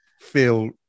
feel